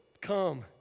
come